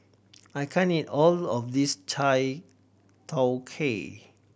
I can't eat all of this chai tow kway